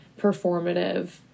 performative